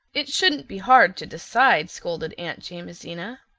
it shouldn't be hard to decide, scolded aunt jamesina.